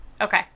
Okay